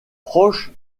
proche